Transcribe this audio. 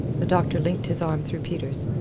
the doctor linked his arm through peter's.